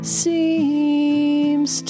seems